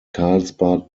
karlsbad